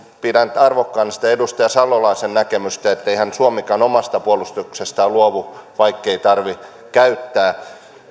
pidän arvokkaana sitä edustaja salolaisen näkemystä etteihän suomikaan omasta puolustuksestaan luovu vaikkei sitä tarvitse käyttää